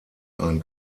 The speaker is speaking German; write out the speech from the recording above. ein